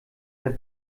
der